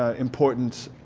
ah important